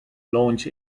launch